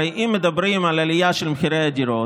הרי אם מדברים על עלייה במחירי הדירות,